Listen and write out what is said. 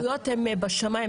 העלויות הן בשמיים,